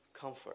comfort